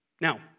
Now